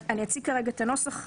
אני אציג כרגע את הנוסח,